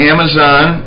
Amazon